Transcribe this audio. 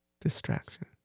distraction